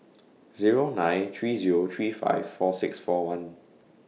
Zero nine three Zero three five four six four one